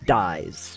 dies